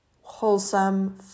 wholesome